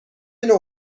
نوع